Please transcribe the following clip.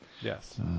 Yes